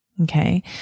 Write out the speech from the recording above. Okay